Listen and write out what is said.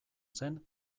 zen